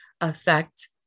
affect